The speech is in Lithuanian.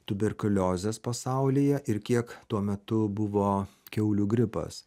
tuberkuliozės pasaulyje ir kiek tuo metu buvo kiaulių gripas